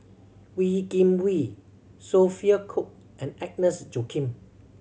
Wee Kim Wee Sophia Cooke and Agnes Joaquim